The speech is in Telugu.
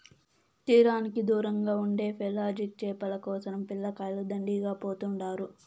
తీరానికి దూరంగా ఉండే పెలాజిక్ చేపల కోసరం పిల్లకాయలు దండిగా పోతుండారు